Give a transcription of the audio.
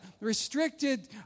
restricted